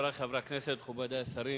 חברי חברי הכנסת, מכובדי השרים,